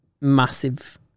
massive